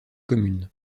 communes